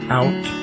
out